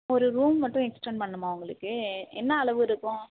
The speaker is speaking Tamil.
ஒரு ரூம் மட்டும் எக்ஸ்டன்ட் பண்ணுமா உங்களுக்கு என்ன அளவு இருக்கும்